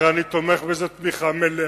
הרי אני תומך בזה תמיכה מלאה.